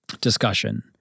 discussion